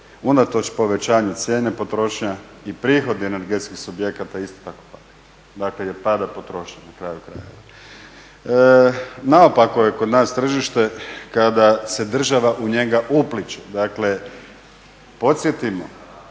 unatoč povećanju cijene potrošnja i prihod energetskih subjekata isto tako pada jer pada potrošnja na kraju krajeva. Naopako je kod nas tržište kada se država u njega upliće. Dakle podsjetimo,